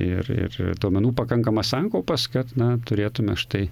ir ir duomenų pakankamas sankaupas kad na turėtume štai